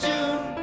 June